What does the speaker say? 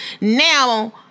now